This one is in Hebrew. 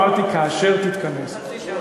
אמרתי: כאשר תתכנס.